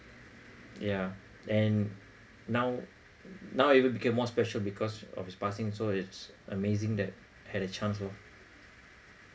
yeah and now now even became more special because of his passing so it's amazing that had a chance lor